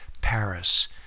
Paris